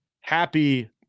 happy